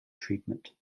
treatment